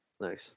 Nice